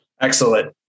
Excellent